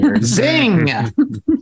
Zing